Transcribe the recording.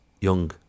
young